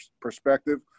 perspective